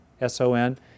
S-O-N